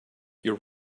your